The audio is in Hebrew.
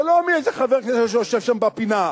זה לא מאיזה חבר כנסת שיושב שם בפינה,